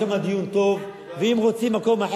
יש שם דיון טוב ואם רוצים מקום,